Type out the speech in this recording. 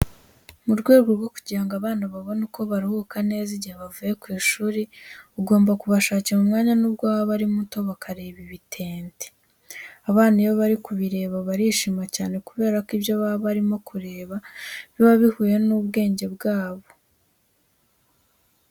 Mu rwego rwo kugira ngo abana babone uko baruhuka neza, igihe bavuye ku ishuri ugomba kubashakira umwanya nubwo waba ari muto, bakareba ibitente. Abana iyo bari kubireba barishima cyane kubera ko ibyo baba barimo kureba biba bihuye n'ubwenge bwabo.